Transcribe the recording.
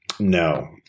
No